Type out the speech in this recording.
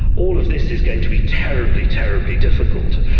all of this is going to be terribly, terribly difficult.